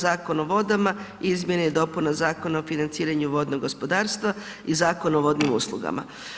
Zakon o vodama, Izmjene i dopune Zakona o financiranju vodnog gospodarstva i Zakon o vodnim uslugama.